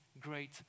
great